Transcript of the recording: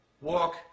Walk